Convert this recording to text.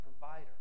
provider